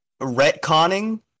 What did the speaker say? retconning